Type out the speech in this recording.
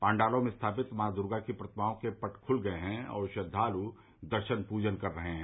पाण्डालों में स्थापित माँ दुर्गा की प्रतिमाओं के पट खुल गए है और श्रद्वालु दर्शन पूजन कर रहे हैं